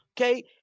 okay